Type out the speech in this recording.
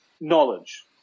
knowledge